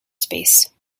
space